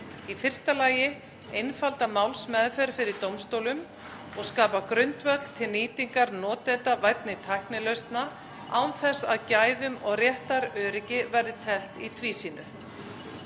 Í fyrsta lagi að einfalda málsmeðferð fyrir dómstólum og skapa grundvöll til nýtingar notendavænna tæknilausna án þess að gæðum og réttaröryggi verði teflt í tvísýnu.